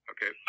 Okay